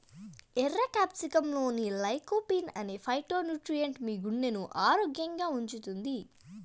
ఎర్ర క్యాప్సికమ్లోని లైకోపీన్ అనే ఫైటోన్యూట్రియెంట్ మీ గుండెను ఆరోగ్యంగా ఉంచుతుంది